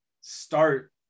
start